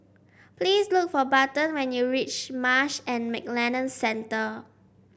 please look for Barton when you reach Marsh and McLennan Centre